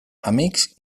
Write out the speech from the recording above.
amics